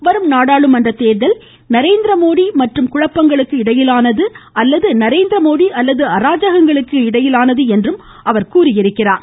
வரும் நாடாளுமன்ற தேர்தல் நரேந்திரமோடி மற்றும் குழப்பங்களுக்கு இடையிலானது அல்லது நரேந்திரமோடி மற்றும் அராஜகங்களுக்கு இடையிலானது என்றும் அவர் கூறியுள்ளார்